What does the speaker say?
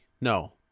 No